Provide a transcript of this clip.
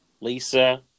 Lisa